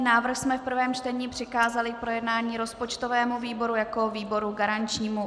Návrh jsme v prvém čtení přikázali k projednání rozpočtovému výboru jako výboru garančnímu.